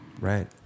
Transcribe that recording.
Right